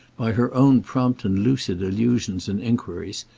by her own prompt and lucid allusions and enquiries,